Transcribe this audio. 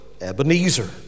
Ebenezer